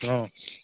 অঁ